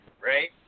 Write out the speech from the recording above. right